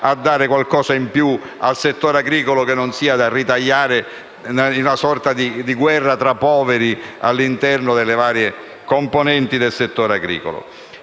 a dare qualcosa in più al settore agricolo, qualcosa che non sia da ritagliare in una sorta di guerra tra poveri all'interno delle varie componenti del settore agricolo.